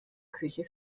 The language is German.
küche